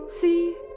See